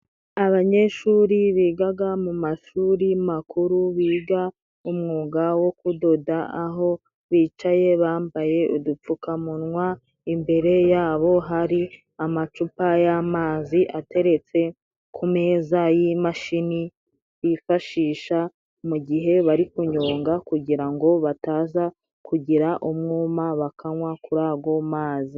Abanyeshuri bigaga mu mashuri makuru， biga umwuga wo kudoda， aho bicaye bambaye udupfukamunwa， imbere yabo hari amacupa y'amazi， ateretse ku meza y'imashini bifashisha mu gihe bari kunyonga， kugira ngo bataza kugira umwuma bakanywa kuri ago mazi.